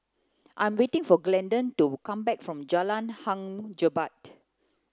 I'm waiting for Glendon to come back from Jalan Hang Jebat